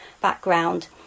background